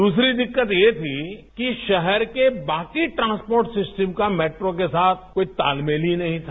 दूसरी दिक्कत ये थी कि शहर के बाकी ट्रांसपोर्ट सिस्टम का मेट्रो के साथ कोई तालमेल ही नहीं था